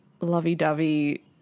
lovey-dovey